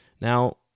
Now